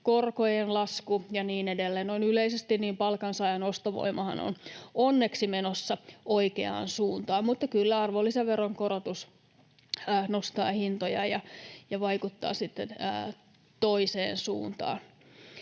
korkojen lasku ja niin edelleen. Noin yleisesti palkansaajan ostovoimahan on onneksi menossa oikeaan suuntaan. Mutta kyllä, arvonlisäveron korotus nostaa hintoja ja vaikuttaa sitten toiseen suuntaan.